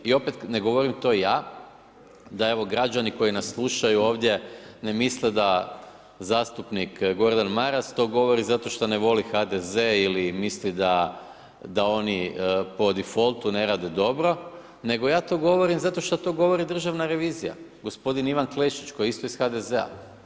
I opet, ne govorim to ja, da evo, građani koji nas slušaju ovdje ne misle da zastupnik Gordan Maras to govori zato što ne voli HDZ ili misli da oni po defaultu ne rade dobro, nego ja to govorim zato što to govori državna revizija, gospodin Ivan Klešić koji je isto iz HDZ-a.